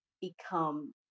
become